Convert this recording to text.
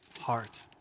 heart